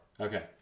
Okay